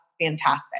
fantastic